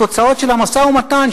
התוצאות של המשא-ומתן,